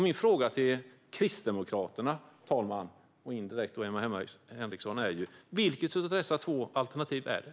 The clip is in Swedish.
Min fråga till Kristdemokraterna och Emma Henriksson är, herr talman: Vilket av dessa två alternativ är det?